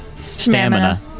stamina